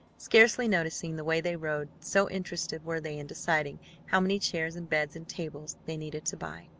scarcely noticing the way they rode, so interested were they in deciding how many chairs and beds and tables they needed to buy.